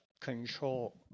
control